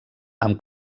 amb